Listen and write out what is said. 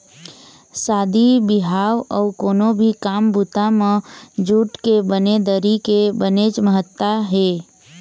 शादी बिहाव अउ कोनो भी काम बूता म जूट के बने दरी के बनेच महत्ता हे